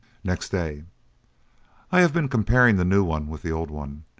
next day i have been comparing the new one with the old one,